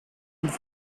would